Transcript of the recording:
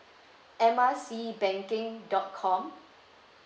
M R C banking dot com